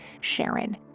SHARON